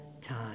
time